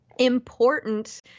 Important